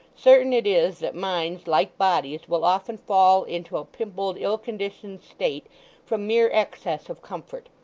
certain it is that minds, like bodies, will often fall into a pimpled ill-conditioned state from mere excess of comfort,